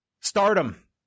Stardom